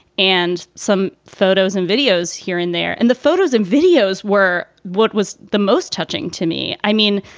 and some photos and videos here in there. and the photos and videos were what was the most touching to me. i mean,